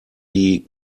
die